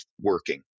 working